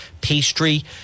pastry